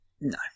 No